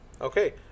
Okay